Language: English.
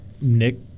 Nick